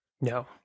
no